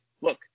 look